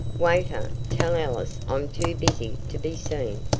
waiter, tell ellis i'm too busy to be seen,